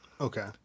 Okay